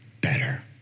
better